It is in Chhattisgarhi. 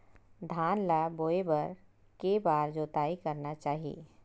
धान ल बोए बर के बार जोताई करना चाही?